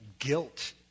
guilt